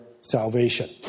salvation